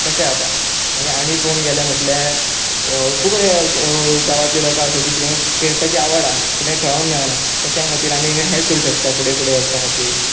तशें आता मागीर आनी पोवंक गेले म्हटल्यार खूब गांवांतली लोकां आसा ती तेंकां खेळपाची आवड आसा पूणं खेळंक मेळना तशे खातीर आमी हेल्प करूं शकता फुडें फुडें वचपा खातीर